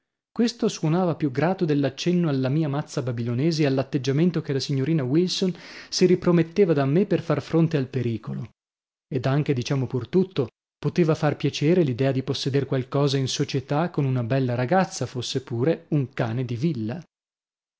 questo suonava più grato dell'accenno alla mia mazza babilonese e all'atteggiamento che la signorina wilson si riprometteva da me per far fronte al pericolo ed anche diciamo pur tutto poteva far piacere l'idea di posseder qualche cosa in società con una bella ragazza fosse pure un cane di villa